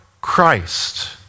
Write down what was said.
Christ